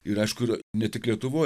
ir aišku ir ne tik lietuvoj